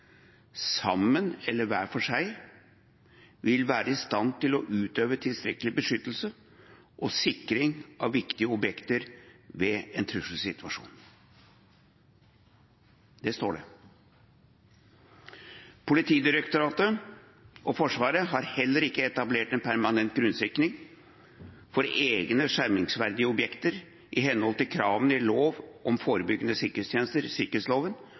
sammen eller hver for seg, vil være i stand til å utøve tilstrekkelig beskyttelse og sikring av viktige objekter ved en trusselsituasjon. Politidirektoratet og Forsvaret har heller ikke etablert en permanent grunnsikring for egne skjermingsverdige objekter i henhold til kravene i lov om forebyggende